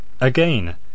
Again